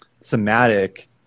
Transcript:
somatic